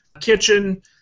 kitchen